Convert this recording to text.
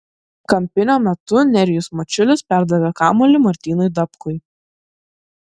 kampinio metu nerijus mačiulis perdavė kamuolį martynui dapkui